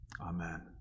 Amen